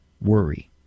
worry